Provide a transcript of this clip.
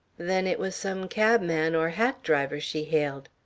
then it was some cabman or hack-driver she hailed.